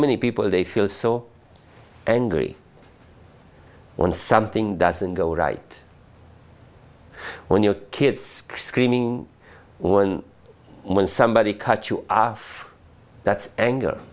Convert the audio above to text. many people they feel so angry when something doesn't go right when your kid screaming when when somebody cut you off that's anger